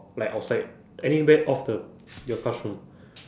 like outside anywhere off the your classroom